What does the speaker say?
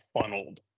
funneled